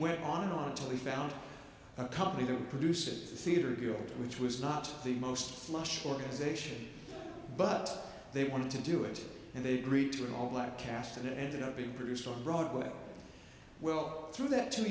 went on and on until he found a company that produces a theater deal which was not the most flush organization but they wanted to do it and they agreed to an all black cast and it ended up being produced on broadway well through that to